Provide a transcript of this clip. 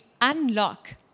unlock